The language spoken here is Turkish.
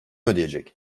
ödeyecek